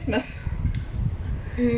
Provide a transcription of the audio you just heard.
mm